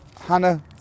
Hannah